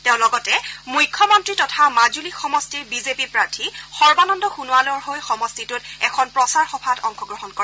তেওঁ লগতে মুখ্যমন্ত্ৰী তথা মাজুলী সমষ্টিৰ বিজেপি প্ৰাৰ্থী তথা সৰ্বানন্দ সোণোৱালৰ হৈ সমষ্টিটোত এখন প্ৰচাৰ সভাত অংশগ্ৰহণ কৰে